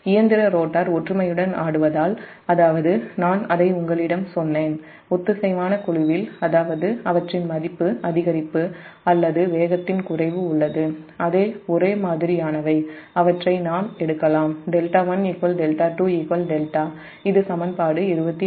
இயந்திர ரோட்டார் ஒற்றுமையுடன் ஆடுவதால் அதாவது ஒத்திசைவான குழுவில் நான் உங்களிடம் சொன்னேன் அதாவது அவற்றின் அதிகரிப்பு அல்லது வேகத்தின் குறைவு உள்ளது அதே ஒரே மாதிரியானவை அவற்றை நாம் எடுக்கலாம் 𝜹𝟏 𝜹𝟐 𝜹 இது சமன்பாடு 26